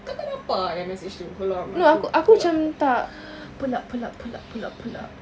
kau tak nampak yang message tu hold on I'm uh pull up pull up pull up pull up pull up pull up